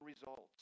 results